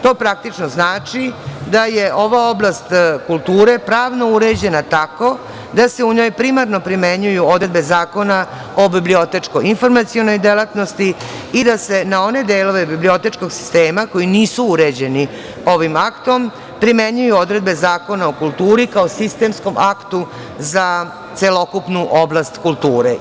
To praktično znači da je ova oblast kulture pravno uređena tako da se u njoj primarno primenjuju odredbe Zakona o bibliotečko-informacionoj delatnosti i da se na one delove bibliotečkog sistema koji nisu uređeni ovim aktom primenjuju odredbe Zakona o kulturi kao sistemskom aktu za celokupnu oblast kulture.